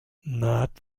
not